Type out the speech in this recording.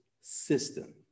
system